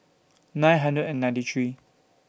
nine hundred and ninety three